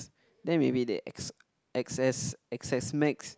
then maybe the X x_s x_s-max